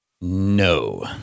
No